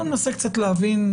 בואו ננסה קצת להבין,